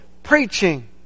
Preaching